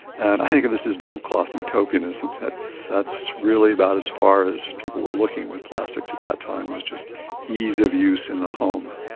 and i think of this as damp cloth utopianism, that that's really about as far as people were looking with plastics at that time, was just ease of use in the home.